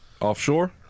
Offshore